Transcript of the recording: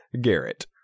Garrett